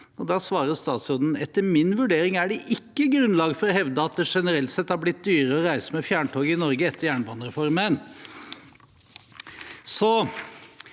«Etter min vurdering er det ikke grunnlag for å hevde at det generelt sett har blitt dyrere å reise med fjerntog i Norge etter jernbanereformen.»